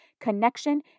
connection